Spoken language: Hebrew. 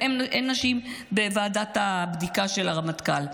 אין נשים בוועדת הבדיקה של הרמטכ"ל,